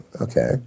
okay